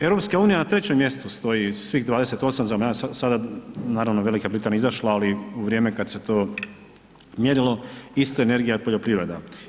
EU na trećem mjestu stoji svih 28 za sada, naravno Velika Britanija izašla, ali u vrijeme kad se to mjerilo isto energija od poljoprivrede.